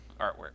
artwork